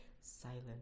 silent